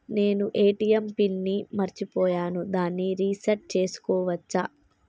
నేను ATM PIN ని మరచిపోయాను దాన్ని రీ సెట్ చేసుకోవచ్చా?